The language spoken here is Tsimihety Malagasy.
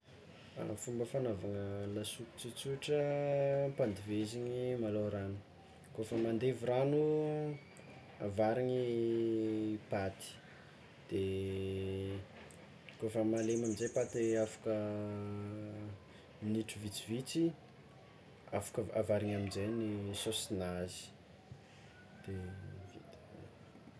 Fomba fagnaovana lasopy tsotsotra, ampandiveziny malôha ragno, kôfa mandevy ragno, avarigny paty, de kôfa malemy aminjay paty afaka minitry vitsivitsy afaka avarigny aminjay saosinazy de vita.